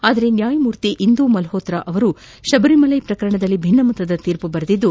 ಆದರೆ ನ್ಯಾಯಮೂರ್ತಿ ಇಂದು ಮಲ್ಡೋತ್ರ ಶಬರಿಮಲೆ ಪ್ರಕರಣದಲ್ಲಿ ಭಿನ್ನಮತದ ತೀರ್ಮ ಬರೆದಿದ್ದು